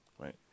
Right